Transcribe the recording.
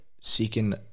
seeking –